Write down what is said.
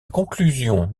conclusion